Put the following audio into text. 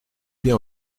bien